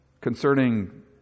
concerning